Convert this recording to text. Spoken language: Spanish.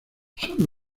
son